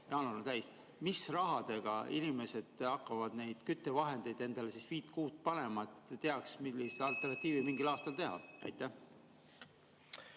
jaanuar on täis. Mis rahaga inimesed hakkavad neid küttevahendeid, viit-kuut, endale panema, et teaks, milliseid alternatiive mingil aastal teha? Aitäh,